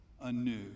anew